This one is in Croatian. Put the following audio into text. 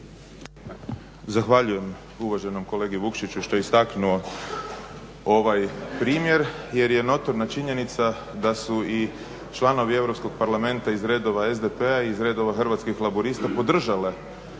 Zahvaljujem uvaženom kolegi Vukšiću što je istaknuo ovaj primjer jer je notorna činjenica da su i članovi Europskog parlamenta iz redova SDP-a i iz redova Hrvatskih laburista podržale